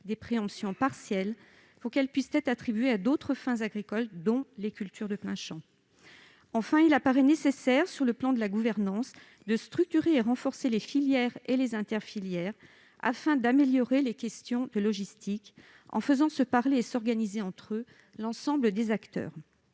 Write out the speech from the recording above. des préemptions partielles pour les attribuer à d'autres fins agricoles, comme les cultures de plein champ. Enfin, il apparaît nécessaire, sur le plan de la gouvernance, de structurer et de renforcer les filières et les interfilières afin d'améliorer les questions de logistique, en faisant en sorte que tous les acteurs